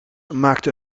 maakte